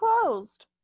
closed